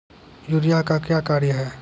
Urea का क्या कार्य हैं?